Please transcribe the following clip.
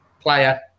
player